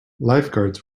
lifeguards